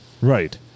Right